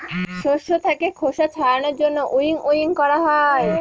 শস্য থাকে খোসা ছাড়ানোর জন্য উইনউইং করা হয়